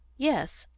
yes,